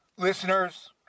Listeners